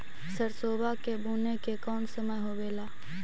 सरसोबा के बुने के कौन समय होबे ला?